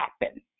happen